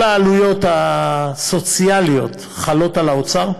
כל העלויות הסוציאליות חלות על האוצר.